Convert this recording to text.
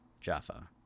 Jaffa